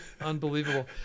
Unbelievable